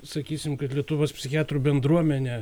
sakysim kad lietuvos psichiatrų bendruomenė